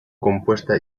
compuesta